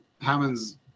Hammond's